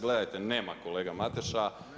Gledajte, nema kolega Mateša.